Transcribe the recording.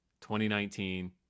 2019